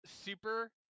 Super